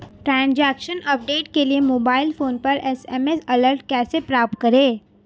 Transaction update के लिए mobile phone पर एस.एम.एस अलर्ट कैसे प्राप्त करें?